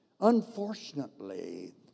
Unfortunately